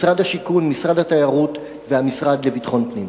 משרד השיכון, משרד התיירות והמשרד לביטחון פנים.